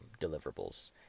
deliverables